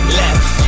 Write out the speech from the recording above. left